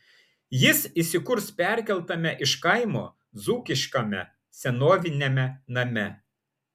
jis įsikurs perkeltame iš kaimo dzūkiškame senoviniame name